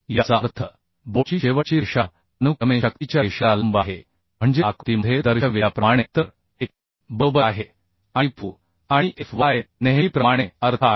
याचा अर्थ बोटची शेवटची रेषा अनुक्रमे शक्तीच्या रेषेला लंब आहे म्हणजे आकृतीमध्ये दर्शविल्याप्रमाणे तर हे बरोबर आहे आणि Fu आणि Fy नेहमीप्रमाणे अर्थ आहेत